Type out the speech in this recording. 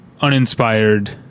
uninspired